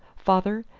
father,